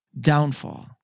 downfall